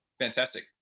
fantastic